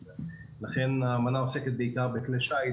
לכן האמנה עוסקת בעיקר בכלי שיט